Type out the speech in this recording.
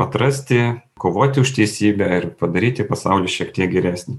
atrasti kovoti už teisybę ir padaryti pasaulį šiek tiek geresnį